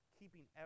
keeping